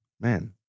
Man